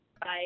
Bye